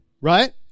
right